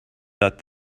that